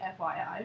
FYI